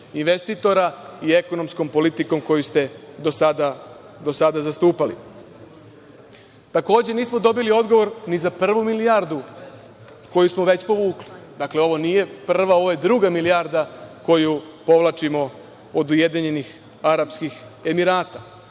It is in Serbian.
investitora i ekonomskom politikom koju ste do sada zastupali. Takođe, nismo dobili odgovor ni za prvu milijardu koju smo već povukli. Dakle, ovo nije prva, ovo je druga milijarda koju povlačimo od UAE. Tada